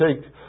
take